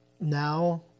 now